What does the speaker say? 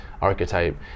archetype